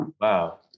wow